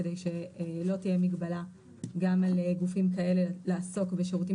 כדי שלא תהיה מגבלה גם על גופים כאלה לעסוק בשירותים